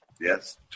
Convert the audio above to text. Yes